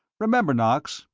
remember, knox,